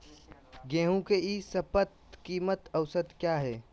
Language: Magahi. गेंहू के ई शपथ कीमत औसत क्या है?